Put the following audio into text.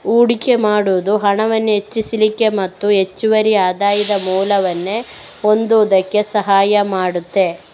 ಹೂಡಿಕೆ ಮಾಡುದು ಹಣವನ್ನ ಹೆಚ್ಚಿಸ್ಲಿಕ್ಕೆ ಮತ್ತೆ ಹೆಚ್ಚುವರಿ ಆದಾಯದ ಮೂಲವನ್ನ ಹೊಂದುದಕ್ಕೆ ಸಹಾಯ ಮಾಡ್ತದೆ